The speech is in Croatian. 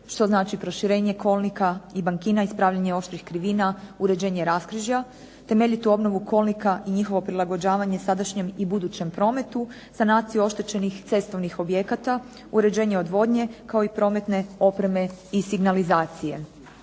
što znači proširenje kolnika i bankina, ispravljanje oštrih krivina, uređenje raskrižja, temeljitu obnovu kolnika i njihovo prilagođavanje sadašnjem i budućem prometu, sanaciju oštećenih cestovnih objekata, uređenje odvodnje kao i prometne opreme i signalizacije.